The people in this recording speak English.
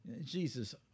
Jesus